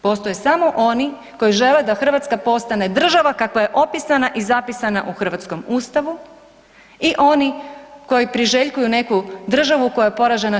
Postoje samo oni koji žele da Hrvatska postane država kakva je opisana i zapisana u hrvatskom Ustavu i oni koji priželjkuju neku državu koja je poražena '45.